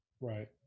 right